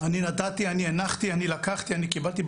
אני נתתי, אני הנחתי, אני לקחתי, אני קיבלתי.